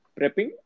prepping